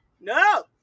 No